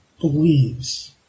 believes